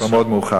וכבר מאוד מאוחר.